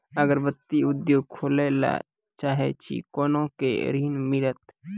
अगरबत्ती उद्योग खोले ला चाहे छी कोना के ऋण मिलत?